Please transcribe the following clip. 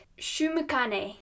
Shumukane